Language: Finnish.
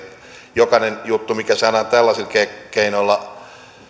jokainen juttu mikä saadaan tällaisilla keinoilla